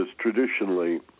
traditionally